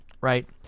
Right